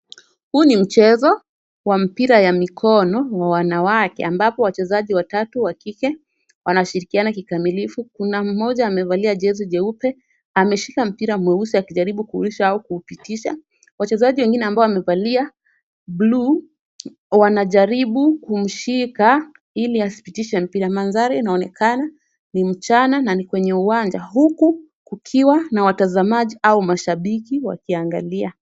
Huu ni mchezo wa mpira ya mikono wa wanawake ambapo wachezaji watatu wa kike wanashirikiana kikamilifu. Kuna mmoja amevalia jezi jeupe. Ameshika mpira mweusi akijaribu kurusha au kuupitisha. Wachezaji wengine ambao wamevalia blue wanajaribu kumshika ili asipitishe mpira. Mandhari inaonekana ni mchana na ni kwenye uwanja huku kukiwa na watazamaji au mashabiki wakiangalia.